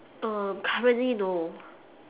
um currently no